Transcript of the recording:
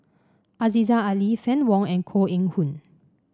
Aziza Ali Fann Wong and Koh Eng Hoon